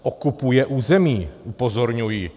Okupuje území upozorňuji.